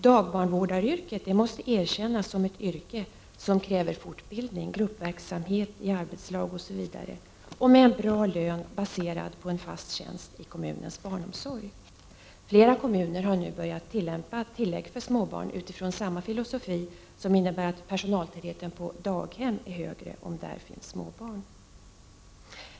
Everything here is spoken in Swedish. Dagbarnvårdaryrket måste erkännas som ett yrke som kräver fortbildning, gruppverksamhet i arbetslag osv. och en bra lön baserad på en fast tjänst i kommunens barnomsorg. Flera kommuner har nu börjat tillämpa tillägg för småbarn utifrån samma filosofi, som innebär att personaltätheten på daghem är högre om där finns små barn.